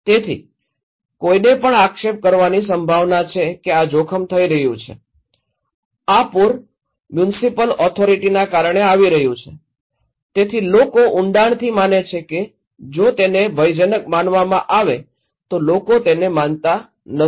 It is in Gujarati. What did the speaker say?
તેથી કોઈને પણ આક્ષેપ કરવાની સંભાવના છે કે આ જોખમ થઈ રહ્યું છે આ પૂર મ્યુનિસિપલ ઓથોરિટીના કારણે આવી રહ્યું છે તેથી લોકો ઊંડાણથી માને છે કે જો તેને ભયજનક માનવામાં આવે તો લોકો તેને માનતા નથી